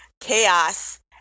chaos